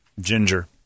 Ginger